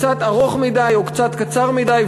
קצת ארוך מדי או קצת קצר מדי,